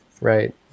right